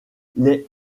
les